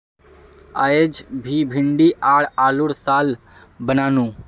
अयेज मी भिंडी आर आलूर सालं बनानु